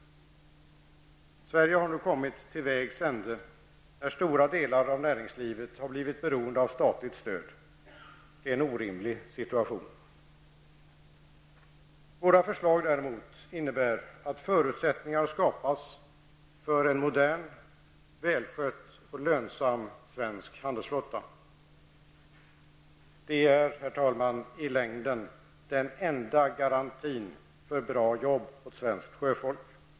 Sverige har nu kommit till vägs ände, där stora delar av näringslivet har blivit beroende av statligt stöd. Det är en orimlig situation. Våra förslag innebär däremot att förutsättningar skapas för en modern, välskött och lönsam svensk handelsflotta. Det är, herr talman, i längden den enda garantin för bra jobb för svenskt sjöfolk.